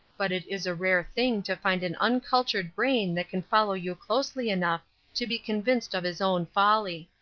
but it is a rare thing to find an uncultured brain that can follow you closely enough to be convinced of his own folly.